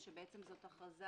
ואם הוא מכר למישהו אחר?